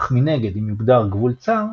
אך מנגד אם יוגדר גבול צר,